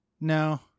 No